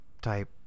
type